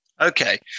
Okay